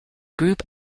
group